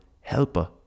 helper